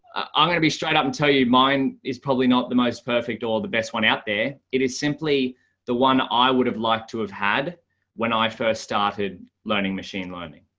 i'm going to be straight up and tell you mine is probably not the most perfect or the best one out there. it is simply the one i would have liked to have had when i first started learning machine learning.